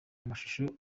amashusho